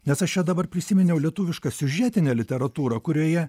nes aš čia dabar prisiminiau lietuvišką siužetinę literatūrą kurioje